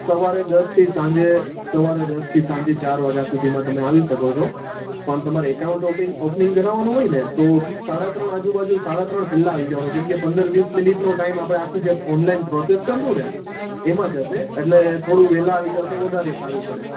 સવારે દસથી સાંજે સવારે દસથી સાંજે ચાર વાગ્યા સુધીમાં તમે આવી શકો છો પણ તમારે એકાઉન્ટ ઓપનિંગ કરાવવાનું હોય ને તો સાડા ત્રણ આજુબાજુ સાડા ત્રણ પહેલાં આવી જવાનું કેમકે પંદર વીસ મિનિટનો ટાઈમ આપણે આખી જે ઓનલાઈન પ્રોસેસ કરીશું ને એમાં જશે એટલે થોડું વહેલાં આવી જાઓ તો વધારે સારું પડે